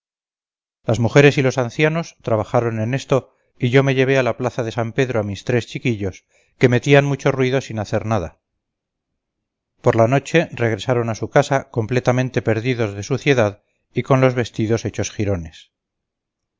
las mujeres y los ancianos trabajaron en esto y yo me llevé a la plaza de san pedro a mis tres chiquillos que metían mucho ruido sin hacer nada por la noche regresaron a su casa completamente perdidos de suciedad y con los vestidos hechos jirones